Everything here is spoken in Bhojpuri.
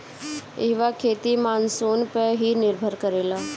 इहवा खेती मानसून पअ ही निर्भर करेला